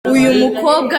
uyumukobwa